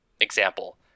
example